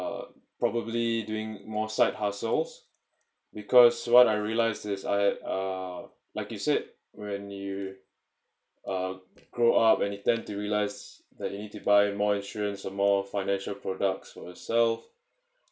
um probably doing more side hustles because what I realized this I uh like you said when you uh grow up and you tend to realise that you need to buy more insurance or more financial products for yourself